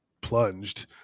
plunged